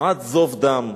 "עד זוב דם?"